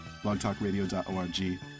blogtalkradio.org